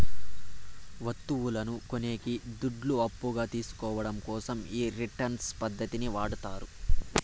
వత్తువును కొనేకి దుడ్లు అప్పుగా తీసుకోవడం కోసం ఈ రిటర్న్స్ పద్ధతిని వాడతారు